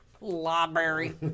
Library